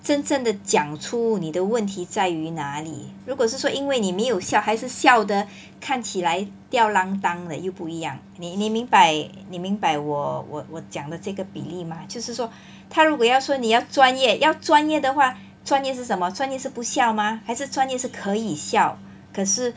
真正的讲出你的问题在于哪里如果是说因为你没有笑还是笑得看起来吊儿郎当的又不一样你你明白你明白我我我讲的这个比例 mah 就是说他如果要说你要专业要专业的话专业是什么专业是不笑吗还是专业是可以笑可是